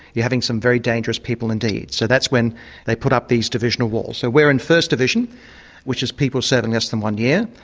yeah having some very dangerous people indeed. so that's when they put up these divisional walls. so we're in first division which is people serving less than one year.